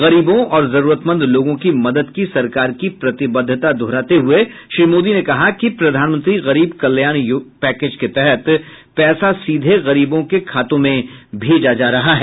गरीबों और जरूरतमंद लोगों की मदद की सरकार की प्रतिबद्धता दोहराते हुए श्री मोदी ने कहा कि प्रधानमंत्री गरीब कल्याण पैकेज के तहत पैसा सीधे गरीबों के खातों में भेजा जा रहा है